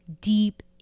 deep